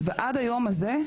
ועד היום הזה,